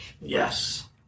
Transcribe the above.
Yes